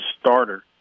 starter